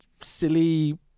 silly